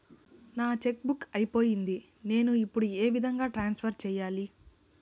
నా cheque book అయిపోయింది నేను ఇప్పుడు ఏ విధంగా ట్రాన్స్ఫర్ సేయాలి?